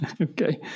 Okay